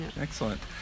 excellent